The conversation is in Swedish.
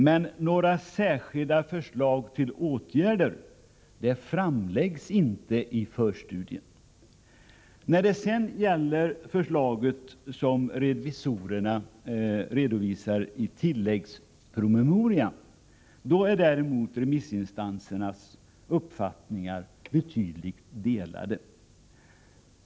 Men några särskilda förslag till åtgärder framläggs inte i förstudien. Beträffande de förslag som revisorerna redovisar i tilläggspromemorian är däremot remissinstansernas uppfattningar betydligt mer delade.